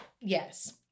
Yes